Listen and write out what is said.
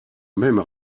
mêmes